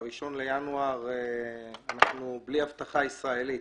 ב-1 בינואר אנחנו בלי אבטחה ישראלית,